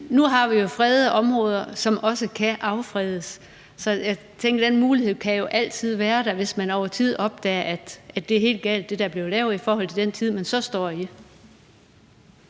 Nu har vi jo også fredede områder, som kan affredes, så jeg tænker, at den mulighed altid kan opstå, hvis man over tid opdager, at det, der er blevet lavet, er helt galt i forhold til den situation, man nu står i.